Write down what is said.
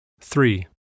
Three